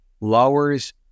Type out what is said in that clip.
lowers